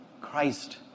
Christ